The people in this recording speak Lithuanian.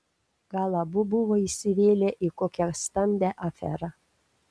gal abu buvo įsivėlę į kokią stambią aferą